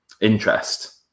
interest